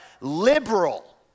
liberal